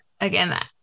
again